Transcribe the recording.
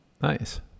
Nice